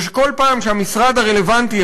ושכל פעם כשהמשרד הרלוונטי,